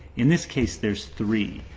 in this case there's three.